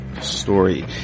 story